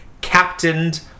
captained